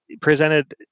presented